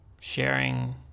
sharing